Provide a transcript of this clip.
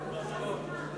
באחוז החסימה.